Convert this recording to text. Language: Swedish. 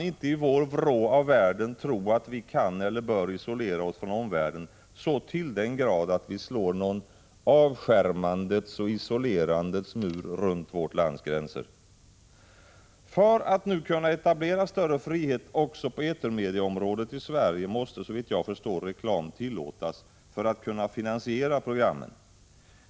1985/86:160 världen tro att vi kan eller bör isolera oss från omvärlden så till den grad att vi 3 juni 1986 slår någon avskärmandets och isolerandets mur runt vårt lands gränser. För att nu kunna etablera större frihet också på etermedieområdet i Sverige måste, såvitt jag förstår, reklam tillåtas för att man skall kunna finansiera programmen.